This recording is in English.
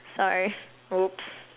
sorry oops